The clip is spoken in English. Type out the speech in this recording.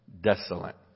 desolate